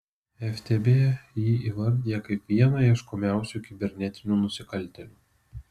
ftb jį įvardija kaip vieną ieškomiausių kibernetinių nusikaltėlių